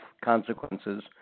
consequences